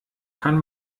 kann